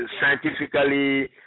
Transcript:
scientifically